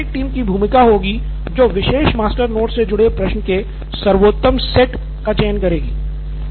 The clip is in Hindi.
यहाँ प्रशासनिक टीम की भूमिका होगी जो विशेष मास्टर नोट्स से जुड़े प्रश्नों के सर्वोत्तम सेट का चयन करेगी